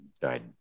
died